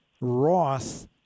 Roth